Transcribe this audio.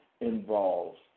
involves